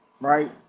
right